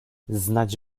znać